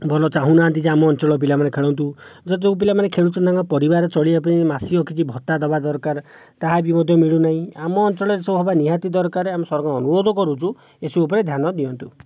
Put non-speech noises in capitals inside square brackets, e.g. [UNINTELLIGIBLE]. ଭଲ ଚାହୁଁନାହାନ୍ତି ଯେ ଆମ ଅଞ୍ଚଳର ପିଲାମାନେ ଖେଳନ୍ତୁ ଯେଉଁ ପିଲାମାନେ ଖେଳୁଛନ୍ତି ତାଙ୍କ ପରିବାର ଚଳିବା ପାଇଁ ମାସିକ କିଛି ଭତ୍ତା ଦେବା ଦରକାର ତାହା ବି ମଧ୍ୟ ମିଳୁନାହିଁ ଆମ ଅଞ୍ଚଳରେ ଏସବୁ ହେବା ନିହାତି ଦରକାର ଆମେ [UNINTELLIGIBLE] ଙ୍କୁ ଅନୁରୋଧ କରୁଛୁ ଏହିସବୁ ପ୍ରତି ଧ୍ୟାନ ଦିଅନ୍ତୁ